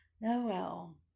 Noel